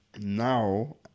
now